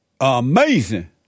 Amazing